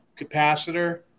capacitor